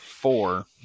four